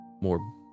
more